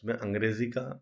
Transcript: उसमें अंग्रेजी का